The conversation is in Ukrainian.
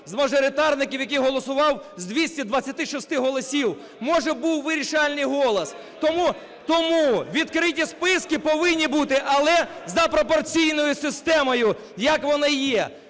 з мажоритарників, який голосував з 226 голосів. Може, був вирішальний голос. Тому відкриті списки повинні бути, але за пропорційною системою, як вони є.